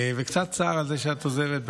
קצת צער על זה שאת עוזבת,